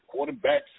quarterbacks